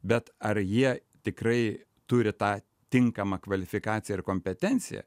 bet ar jie tikrai turi tą tinkamą kvalifikaciją ir kompetenciją